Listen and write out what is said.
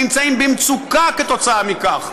נמצאים במצוקה כתוצאה מכך.